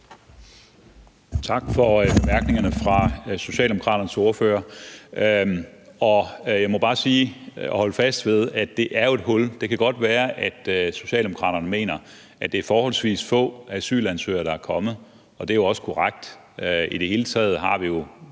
Tak for bemærkningerne fra Socialdemokraternes ordfører. Jeg må bare holde fast ved, at der jo er et hul. Det kan godt være, at Socialdemokraterne mener, at det er forholdsvis få asylansøgere, der er kommet, og det er jo også korrekt. I det hele taget har vi jo